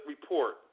report